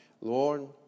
Lord